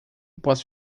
posso